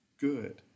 good